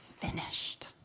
finished